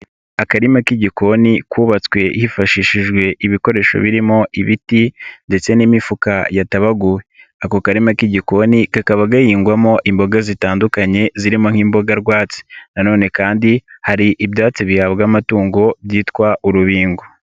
Akarima k'igikoni kubabatswe hifashishijwe ibikoresho birimo ibiti ndetse n'imifuka yatabaguwe, ako karimi k'igikoni kakaba gahingwamo imboga zitandukanye zirimo nk'imboga rwatsi nanone kandi hari ibyatsi bihabwa amatungo byitwa urubingo.